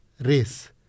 race